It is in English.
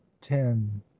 Ten